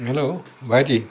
hello ভাইটি